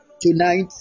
Tonight